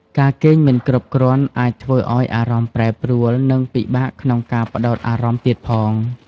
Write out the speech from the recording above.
ការគេងមិនគ្រប់គ្រាន់អាចធ្វើឲ្យអារម្មណ៍ប្រែប្រួល និងពិបាកក្នុងការផ្តោតអារម្មណ៍ទៀតផង។